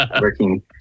Working